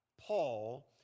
Paul